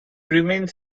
remains